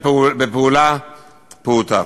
בפעולה פעוטה.